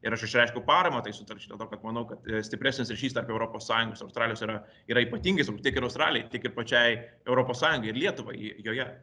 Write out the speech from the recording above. ir aš išreiškiau paramą tai sutarčiai dėl to kad manau kad stipresnis ryšys tarp europos sąjungos ir australijos yra yra ypatingai svarbu tiek ir australijai tiek ir pačiai europos sąjungai ir lietuvai j joje